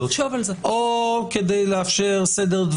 או לא מאמין בשיקום,